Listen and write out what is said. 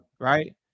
Right